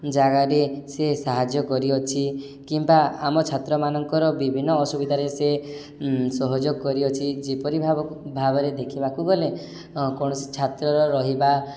ଜାଗାରେ ସେ ସାହାଯ୍ୟ କରିଅଛି କିମ୍ବା ଆମ ଛାତ୍ରମାନଙ୍କର ବିଭିନ୍ନ ଅସୁବିଧାରେ ସେ ସହଯୋଗ କରିଅଛି ଯେପରି ଭାବ ଭାବରେ ଦେଖିବାକୁ ଗଲେ କୌଣସି ଛାତ୍ରର ରହିବା